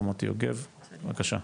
בבקשה.